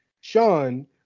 Sean